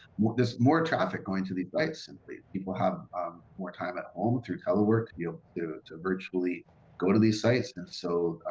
there's more traffic going to the bytes simply. people have more time at home through telework. you know to virtually go to these sites. and so,